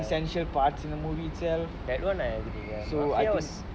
ya that [one] I agree mafia was